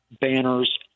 banners